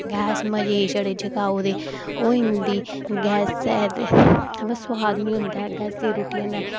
gas मजे च छड़े जगाओ ते होई जंदी गैसे उपर सुआद नेईं होंदा ऐ गैसे दी रुट्टी